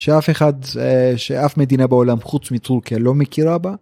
שאף אחד שאף מדינה בעולם חוץ מטורקיה לא מכירה בה.